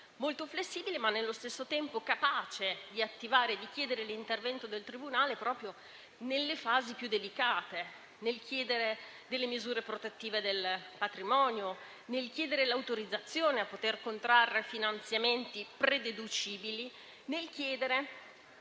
molto flessibile, ma nello stesso tempo capace di attivare e di chiedere l'intervento del tribunale proprio nelle fasi più delicate, chiedere delle misure protettive del patrimonio, l'autorizzazione a poter contrarre finanziamenti prededucibili ed